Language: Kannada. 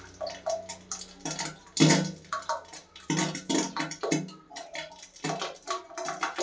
ಮಳಿಗಾಲಕ್ಕ ಸುಂಠಿ ಚಾ ಮತ್ತ ಕಾಡೆನಾ ಹೆಚ್ಚ ಕುಡಿತಾರ